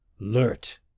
alert